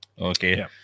Okay